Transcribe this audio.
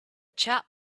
chap